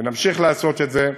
ונמשיך לעשות את זה.